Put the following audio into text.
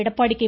Edappadi K